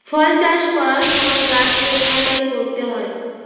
ফল চাষ করার সময় গাছকে ছাঁটাই করতে হয়